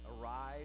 arrive